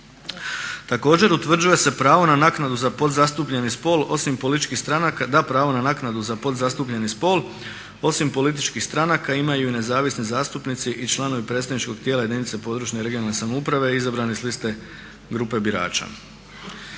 Također utvrđuje se pravo na naknadu za podzastupljeni spol osim političkih stranka imaju i nezavisni zastupnici i članovi predstavničkog tijela jedinice područne, regionalne samouprave izabrani s liste grupe birača.